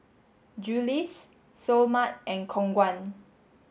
Julie's Seoul Mart and Khong Guan